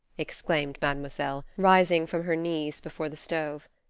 exclaimed mademoiselle, rising from her knees before the stove.